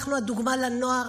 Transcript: אנחנו הדוגמה לנוער,